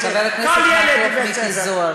לא הייתה החלטה כזאת?